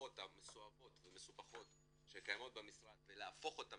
המערכות המסואבות והמסובכות שקיימות במשרד ולהפוך אותן